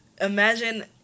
imagine